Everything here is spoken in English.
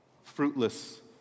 fruitless